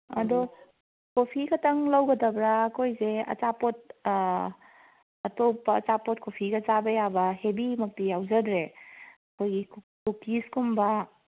ꯑꯗꯣ ꯀꯣꯐꯤ ꯈꯇꯪ ꯂꯧꯒꯗꯕ꯭ꯔꯥ ꯅꯈꯣꯏꯁꯦ ꯑꯆꯥꯄꯣꯠ ꯑꯇꯣꯞꯄ ꯑꯆꯥꯄꯣꯠ ꯀꯣꯐꯤꯒ ꯆꯥꯕ ꯌꯥꯕ ꯍꯦꯚꯤ ꯃꯛꯇꯤ ꯌꯥꯎꯖꯗ꯭ꯔꯦ ꯑꯩꯈꯣꯏꯒꯤ ꯀꯨꯀꯤꯁꯀꯨꯝꯕ